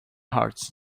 hearts